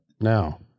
Now